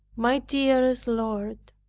my dearest lord!